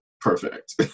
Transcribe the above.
perfect